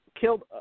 killed